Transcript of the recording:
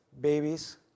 babies